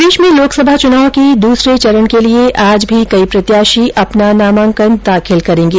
प्रदेश में लोकसभा चुनाव के दूसरे चरण के लिये आज भी कई प्रत्याशी अपना नामांकन दाखिल करेंगे